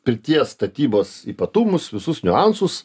pirties statybos ypatumus visus niuansus